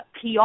PR